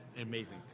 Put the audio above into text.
Amazing